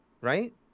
right